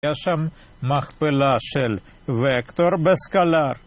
יש שם מכפלה של וקטור בסקלאר